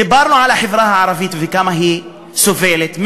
דיברנו על החברה הערבית וכמה היא סובלת מעוני,